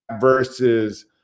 versus